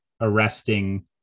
arresting